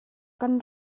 kan